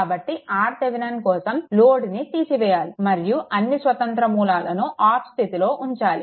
కాబట్టి RThevenin కోసం లోడ్ని తీసివేయాలి మరియు అన్నీ స్వతంత్ర మూలాలను ఆఫ్ స్థితిలో ఉంచాలి